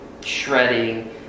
shredding